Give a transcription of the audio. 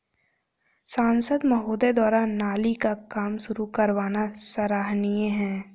सांसद महोदय द्वारा नाली का काम शुरू करवाना सराहनीय है